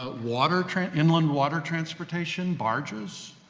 ah water tran inland water transportation, barges,